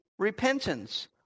Repentance